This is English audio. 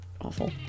awful